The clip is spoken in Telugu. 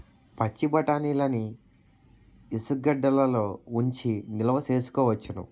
పచ్చిబఠాణీలని ఇసుగెడ్డలలో ఉంచి నిలవ సేసుకోవచ్చును